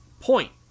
point